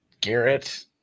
Garrett